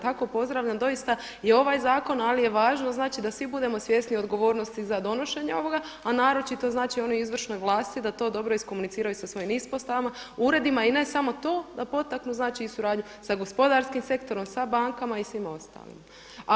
Tako pozdravljam doista i ovaj zakon, ali je važno da svi budemo svjesni za donošenje ovoga, a naročito oni u izvršnoj vlasti da to dobro iskomuniciraju sa svojim ispostavama uredima i ne samo to, da potaknu znači i suradnju sa gospodarskim sektorom, sa bankama i svima ostalima.